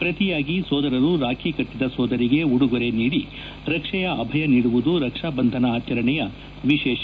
ಪ್ರತಿಯಾಗಿ ಸೋದರರು ರಾಖಿ ಕಟ್ಟದ ಸೋದರಿಗೆ ಉಡುಗೊರೆ ನೀಡಿ ರಕ್ಷೆಯ ಅಭಯ ನೀಡುವುದು ರಕ್ಷಾ ಬಂಧನ ಆಚರಣೆಯ ವಿಶೇಷ